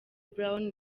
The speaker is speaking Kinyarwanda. brown